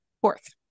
fourth